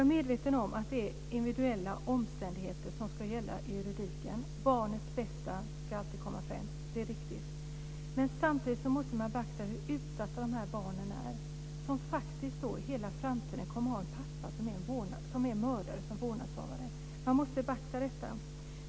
Jag är medveten om att det är individuella omständigheter som ska gälla i juridiken. Barnets bästa ska alltid komma främst, det är riktigt. Samtidigt måste man beakta hur utsatta dessa barn är som under hela sin framtid som vårdnadshavare kommer att ha en pappa som är mördare. Detta måste beaktas.